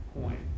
point